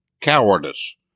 cowardice